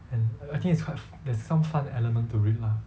and I think it's quite f~ there's some fun element to it lah